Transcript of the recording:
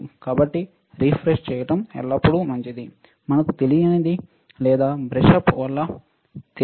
కాబట్టి రిఫ్రెష్ చేయడం ఎల్లప్పుడూ మంచిది మనకు తెలిసినది లేదా బ్రష్ అప్ వల్ల తెలిసినదానిని మనం మరచిపోలేము